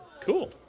cool